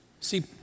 See